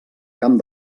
camp